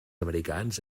americans